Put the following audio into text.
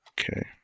Okay